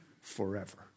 forever